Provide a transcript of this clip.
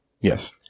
Yes